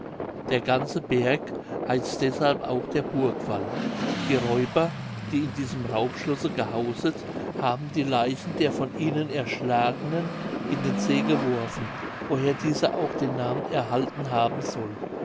der ganze berg heißt deshalb auch noch der burgwall die räuber die in diesem raubschlosse gehauset haben die leichen der von ihnen erschlagenen in den see geworfen woher dieser auch den namen erhalten haben soll